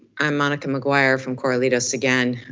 i'm monica mcguire from corralitos again.